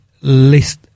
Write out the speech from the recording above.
list